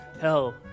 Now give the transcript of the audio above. Hell